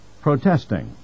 protesting